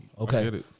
Okay